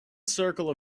circle